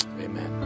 Amen